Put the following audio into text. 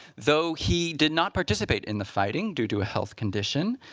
though he did not participate in the fighting due to a health condition,